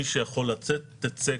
מי שיכול לצאת ייצא.